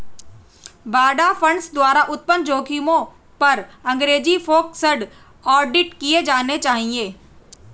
बाड़ा फंड्स द्वारा उत्पन्न जोखिमों पर अंग्रेजी फोकस्ड ऑडिट किए जाने चाहिए